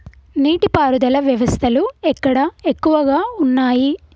నీటి పారుదల వ్యవస్థలు ఎక్కడ ఎక్కువగా ఉన్నాయి?